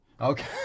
Okay